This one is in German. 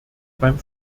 beim